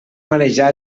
manejar